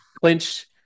clinch